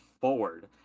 forward